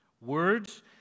Words